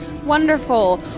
Wonderful